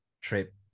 trip